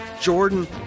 Jordan